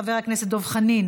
חבר הכנסת דב חנין